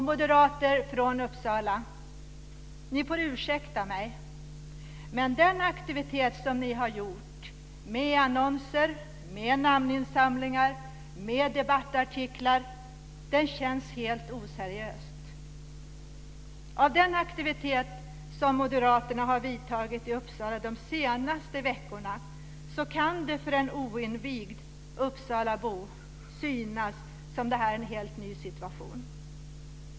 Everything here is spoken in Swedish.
Moderater från Uppsala får ursäkta mig, men den aktivitet som ni har visat med annonser, namninsamlingar och debattartiklar känns helt oseriös. Den aktivitet som moderaterna har visat i Uppsala de senaste veckorna kan ge en oinvigd uppsalabo intrycket att detta är en helt ny situation.